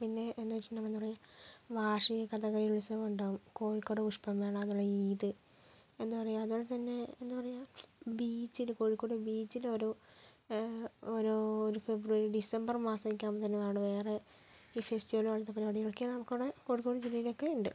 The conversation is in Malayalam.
പിന്നെ എന്ന് വെച്ചിട്ടുണ്ടെങ്കിൽ നമ്മളെന്താ പറയുക വാർഷിക കഥകളി ഉത്സവം ഉണ്ടാകും കോഴിക്കോട് പുഷ്പമേള അങ്ങനെ ഈദ് എന്താ പറയുക അതുപോലെ തന്നെ എന്താ പറയുക ബീച്ചിൽ കോഴിക്കോട് ബീച്ചിലോരോ ഓരോ ഒരു ഫെബ്രുവരി ഡിസംബർ മാസം ഒക്കെ ആകുമ്പോഴത്തേനും അവിടെ വേറെ ഈ ഫെസ്റ്റിവൽ പോലത്തെ പരിപാടികളൊക്കെ നമുക്കവിടെ കോഴിക്കോട് ജില്ലയിലൊക്കെ ഉണ്ട്